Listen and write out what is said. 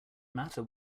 matter